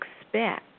expect